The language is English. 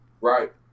right